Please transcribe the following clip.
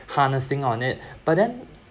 harnessing on it but then